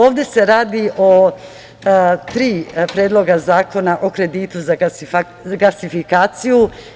Ovde se radi o tri predloga zakona o kreditu za gasifikaciju.